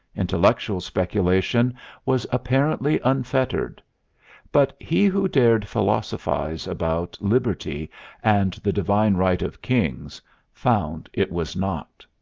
intellectual speculation was apparently unfettered but he who dared philosophize about liberty and the divine right of kings found it was not.